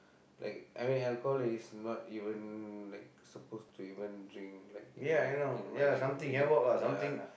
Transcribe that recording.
like I mean alcohol is not even like supposed to even drink like in my in my ya